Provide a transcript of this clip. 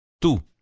tu